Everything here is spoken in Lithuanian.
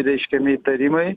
reiškiami įtarimai